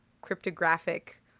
cryptographic